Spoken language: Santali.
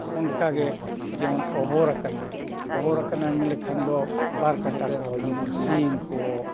ᱚᱱᱠᱟ ᱜᱮ ᱡᱮᱢᱚᱱ ᱚᱵᱚᱨ ᱟᱠᱟᱱᱟᱭ ᱚᱵᱚᱨ ᱟᱠᱟᱱᱟᱭ ᱢᱮᱱ ᱞᱮᱠᱷᱟᱱ ᱫᱚ ᱵᱟᱨ ᱠᱟᱴᱟ ᱠᱚ ᱡᱮᱢᱚᱱ ᱥᱤᱢ ᱠᱚ